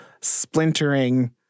splintering